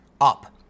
up